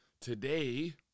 Today